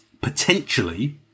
potentially